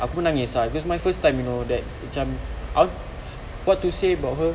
aku pun nangis ah it was my first time you know that cam aku what to say about her